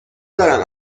دارم